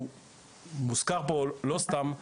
מוזכר פה, לא סתם,